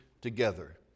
together